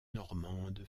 normande